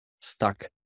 stuck